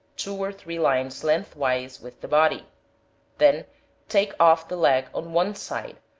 two or three lines lengthwise with the body then take off the leg on one side,